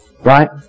Right